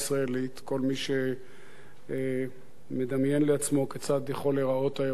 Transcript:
כל מי שמדמיין לעצמו כיצד יכול להיראות האירוע הזה.